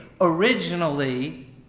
originally